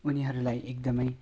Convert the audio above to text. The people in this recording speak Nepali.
उनीहरूलाई एकदमै